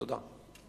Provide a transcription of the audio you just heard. תודה.